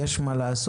יש מה לעשות.